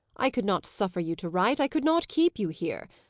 i could not suffer you to write i could not keep you here.